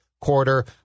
quarter